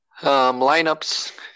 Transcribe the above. lineups